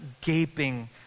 gaping